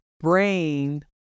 brain